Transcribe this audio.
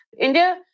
India